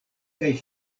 kaj